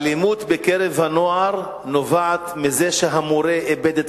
האלימות בקרב הנוער נובעת מזה שהמורה איבד את